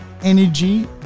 energy